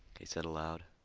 he said aloud.